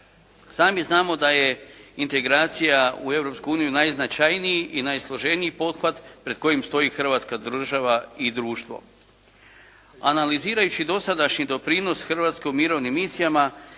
Sami znamo da je integracija u Europskoj uniji najznačajniji i najsloženiji pothvat pred kojim stoji Hrvatska država i društvo. Analizirajući dosadašnji doprinos Hrvatske u mirovnim misijama